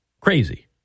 Crazy